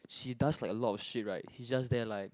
she does like a lot of shit right he just there like